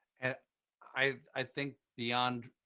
and i think beyond